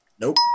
Nope